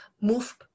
move